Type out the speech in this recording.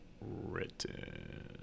written